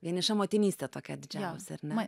vieniša motinystė tokia didžiausia ar ne